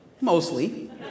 mostly